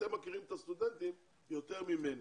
אתם מכירים את הסטודנטים יותר ממני,